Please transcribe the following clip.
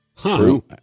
True